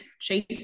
chase